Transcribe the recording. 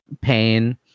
pain